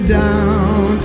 down